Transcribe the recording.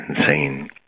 insane